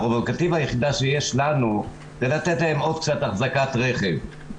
הפררוגטיבה היחידה שיש לנו היא לתת להם עוד קצת אחזקת רכב,